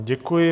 Děkuji.